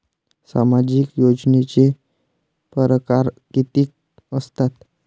सामाजिक योजनेचे परकार कितीक असतात?